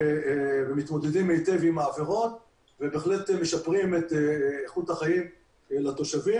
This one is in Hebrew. ומתמודדות היטב עם העבירות ובהחלט משפרות את איכות החיים לתושבים